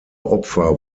opfer